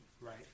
right